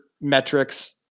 metrics